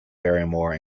barrymore